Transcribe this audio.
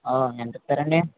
ఎంత ఇస్తారండి